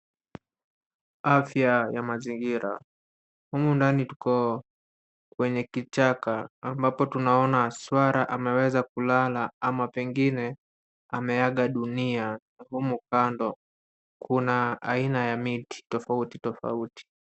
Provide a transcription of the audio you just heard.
Afya ya mazingira. Humu ndani tuko kwenye kichaka ambapo tunaona swara ameweza kulala ama pengine ameaga dunia. Humu kando kuna aina ya miti tofauti tofauti.